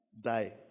die